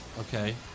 Okay